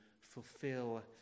fulfill